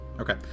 Okay